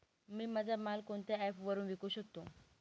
मी माझा माल कोणत्या ॲप वरुन विकू शकतो?